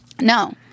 No